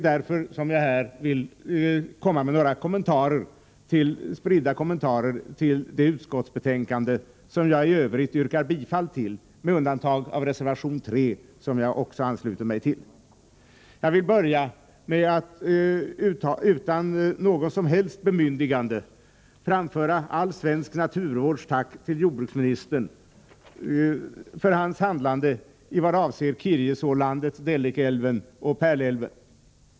Därför vill jag här komma med några spridda kommentarer till det utskottsbetänkande som jag yrkar bifall till. Jag ansluter mig dock även till reservation 3. Jag vill börja med att utan något som helst bemyndigande framföra ett tack från alla svenska naturvårdsintressen till jordbruksministern för hans handlande i vad avser Kirjesålandet, Dellikälven och Pärlälven.